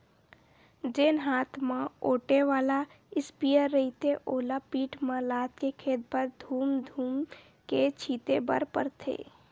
जेन हात म ओटे वाला इस्पेयर रहिथे ओला पीठ म लादके खेत भर धूम धूम के छिते बर परथे